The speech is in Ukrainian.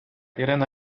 ірина